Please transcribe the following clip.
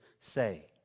say